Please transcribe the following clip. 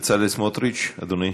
חבר הכנסת בצלאל סמוטריץ, אדוני.